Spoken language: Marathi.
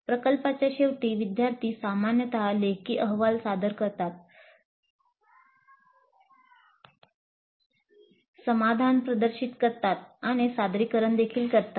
प्रकल्पाच्या शेवटी विद्यार्थी सामान्यत लेखी अहवाल सादर करतात समाधान प्रदर्शित करतात आणि सादरीकरण देखील करतात